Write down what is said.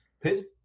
pit